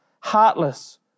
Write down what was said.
heartless